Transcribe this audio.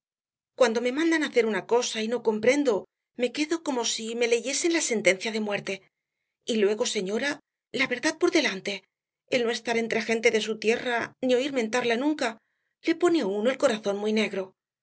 cuando me mandan hacer una cosa y no comprendo me quedo como si me leyesen la sentencia de muerte y luego señora la verdad por delante el no estar entre gente de su tierra ni oir mentarla nunca le pone á uno el corazón muy negro